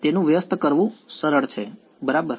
તેથી તેનું વ્યસ્ત કરવું સરળ છે બરાબર